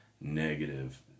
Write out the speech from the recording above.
negative